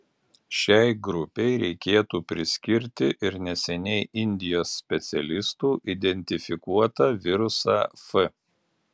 šiai grupei reikėtų priskirti ir neseniai indijos specialistų identifikuotą virusą f